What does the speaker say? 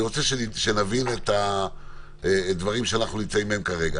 אני רוצה שנבין את הדברים שאנחנו נמצאים בהם כרגע.